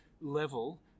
level